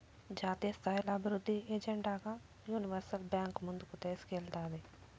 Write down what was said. జాతీయస్థాయిల అభివృద్ధి ఎజెండాగా యూనివర్సల్ బాంక్ ముందుకు తీస్కేల్తాది